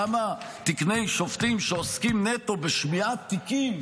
כמה תקני שופטים שעוסקים נטו בשמיעת תיקים,